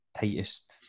tightest